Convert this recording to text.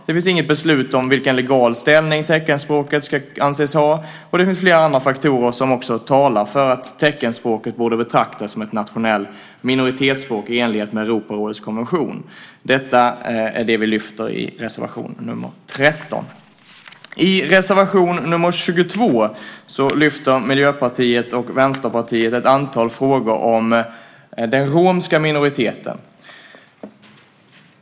Det finns inget beslut om vilken legal ställning teckenspråket kan anses ha, och det finns flera andra faktorer som talar för att teckenspråket borde betraktas som ett nationellt minoritetsspråk i enlighet med Europarådets konvention. Detta är vad vi lyfter fram i reservation 13. I reservation 22 lyfter Miljöpartiet och Vänsterpartiet fram ett antal frågor om den romska minoriteten.